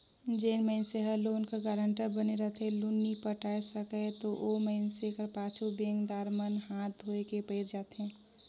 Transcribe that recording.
जेन मइनसे हर लोन कर गारंटर बने रहथे लोन नी पटा सकय ता ओ मइनसे कर पाछू बेंकदार मन हांथ धोए के पइर जाथें